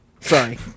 Sorry